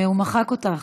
הוא מחק אותך.